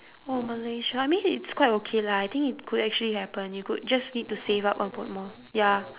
oh malaysia I mean it's quite okay lah I think it could actually happen you could just need to save up a bit more ya